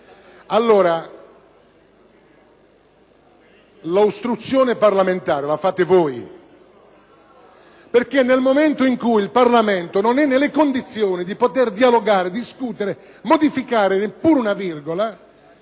PdL).* L'ostruzionismo parlamentare lo fate voi, perché nel momento in cui il Parlamento non è nelle condizioni di dialogare, discutere e modificare neppure una virgola,